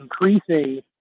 increasing